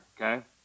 Okay